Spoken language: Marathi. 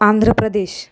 आंध्र प्रदेश